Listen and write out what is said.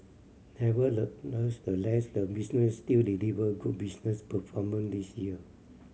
the business still delivered good business performance this year